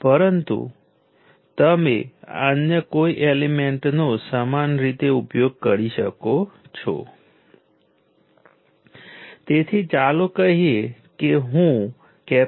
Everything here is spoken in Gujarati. અને આપણે આ એલીમેન્ટ્સના કરંટની વોલ્ટેજ લાક્ષણિકતાઓની ઉપર ધ્યાન આપીશું